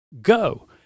go